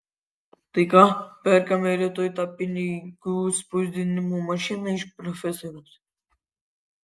tai ką perkame rytoj tą pinigų spausdinimo mašiną iš profesoriaus